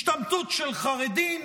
השתמטות של חרדים.